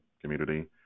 community